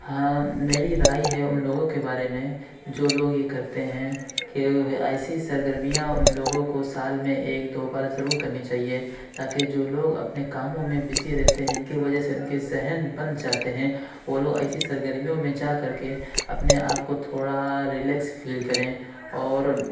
ہاں میری رائے ہے ان لوگوں کے بارے میں جو لوگ یہ کرتے ہیں کہ ایسی سر گرمیاں ان لوگوں کو سال میں ایک دو بار ضرور کرنی چاہیے تاکہ جو لوگ اپنے کاموں میں بزی رہتے ہیں جن کہ وجہ ان کی ذہن بندھ جاتے ہیں وہ لوگ ایسی سرگرمیوں میں جا کر کے اپنے آپ کو تھوڑا رلیکس فیل کریں اور